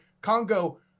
Congo